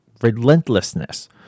Relentlessness